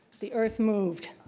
the earth moved.